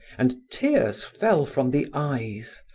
and tears fell from the eyes.